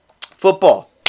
football